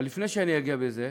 אבל לפני שאני אגע בזה,